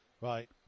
right